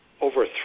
over